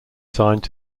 signed